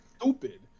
stupid